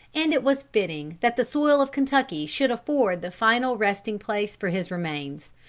and it was fitting that the soil of kentucky should afford the final resting place for his remains,